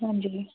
ਹਾਂਜੀ